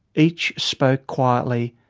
each spoke quietly,